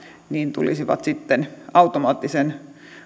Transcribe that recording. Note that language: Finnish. tulisivat automaattisten